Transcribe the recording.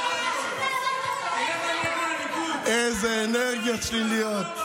המליאה.) איזה אנרגיות שליליות.